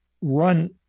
run